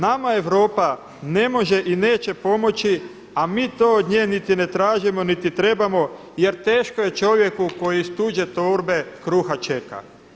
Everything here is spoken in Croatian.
Nama Europa ne može i neće pomoći, a mi to od nje niti ne tražimo, niti trebamo jer teško je čovjeku koji iz tuđe torbe kruha čeka.